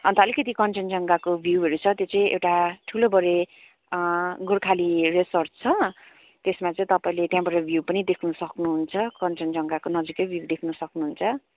अन्त अलिकति कञ्चनजङ्घाको भ्युहरू छ त्यो चाहिँ एउटा ठुलोबडे गोर्खाली रिजोर्ट छ त्यसमा चाहिँ तपाईँले त्यहाँबाट भ्यु पनि देख्न सक्नुहुन्छ कञ्चनजङ्घाको नजिकै भ्यु देख्न सक्नुहुन्छ